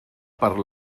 per